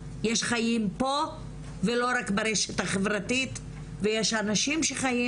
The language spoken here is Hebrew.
יש חיים פה ולא רק ברשת החברתית ויש אנשים שחיים